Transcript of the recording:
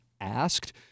asked